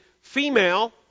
female